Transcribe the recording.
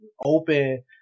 open